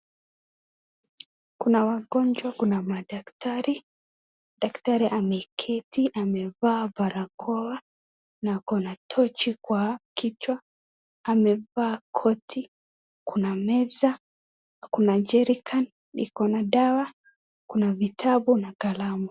Kuna wagonjwa kuna madaktari .Daktari ameketi amevaa barakoa , na akona tochi kwa kichwa. Amevaa koti , kuna meza , kuna jerican ikona dawa ,kuna vitabu na kalamu .